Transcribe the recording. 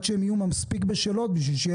עד שהם יהיו מספיק בשלות בשביל שיהיה